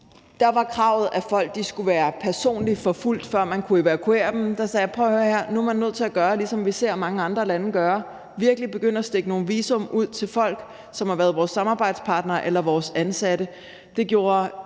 der var kravet, at folk skulle være personligt forfulgt, før man kunne evakuere dem. Der sagde jeg: Prøv at høre her, nu er man nødt til at gøre, ligesom vi ser mange andre lande gøre, nemlig virkelig begynde at stikke nogle visa ud til folk, som har været vores samarbejdspartnere eller vores ansatte;